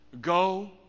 go